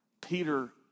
Peter